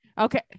Okay